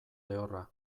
lehorra